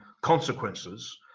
consequences